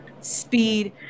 speed